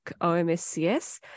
OMSCS